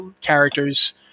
characters